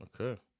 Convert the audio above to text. Okay